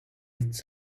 its